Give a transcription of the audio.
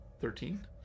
Thirteen